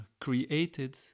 created